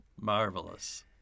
Marvelous